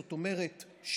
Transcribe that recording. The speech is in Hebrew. זאת אומרת,